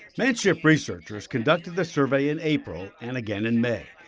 manship researchers conducted the survey in april and again in may,